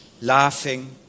laughing